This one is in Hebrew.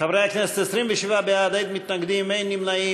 חברי הכנסת, 27 בעד, אין מתנגדים, אין נמנעים.